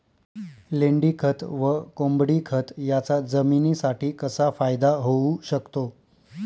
लेंडीखत व कोंबडीखत याचा जमिनीसाठी कसा फायदा होऊ शकतो?